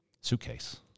suitcase